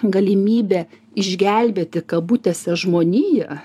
galimybė išgelbėti kabutėse žmoniją